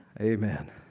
Amen